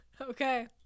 okay